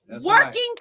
working